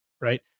right